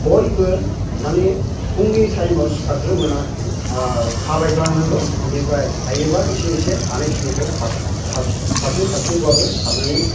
बयबो माने फुंनि टाइमआव सिखारग्रोमोना थाबायग्लांनांगौ बिनिफ्राय हायोबा एसे एसे हानायखिनिखौ खारस्लिउ खारस्लिउबाबो खारनानै